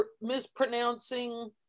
mispronouncing